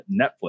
Netflix